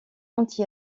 anti